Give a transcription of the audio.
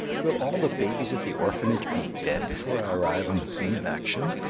will all the babies at the orphanage be dead before i arrive on the scene of action?